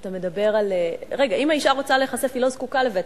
אם האשה רוצה להיחשף, היא לא זקוקה לבית-המשפט.